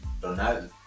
Ronaldo